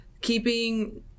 keeping